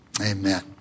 Amen